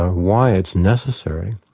ah why it's necessary,